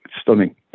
stunning